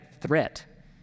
threat